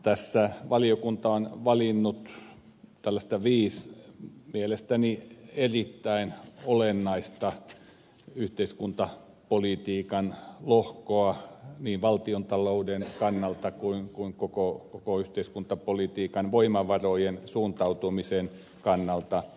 tässä valiokunta on valinnut viisi mielestäni erittäin olennaista yhteiskuntapolitiikan lohkoa niin valtiontalouden kannalta kuin koko yhteiskuntapolitiikan voimavarojen suuntautumisen kannalta